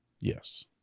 Yes